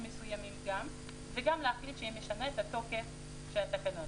מסוימים וגם להחליט שהיא משנה את התוקף של התקנות.